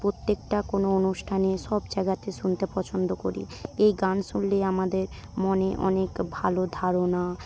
প্রত্যেকটা কোনো অনুষ্ঠানে সব জায়গাতে শুনতে পছন্দ করি এই গান শুনলে আমাদের মনে অনেক ভালো ধারণা